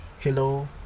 Hello